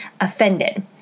offended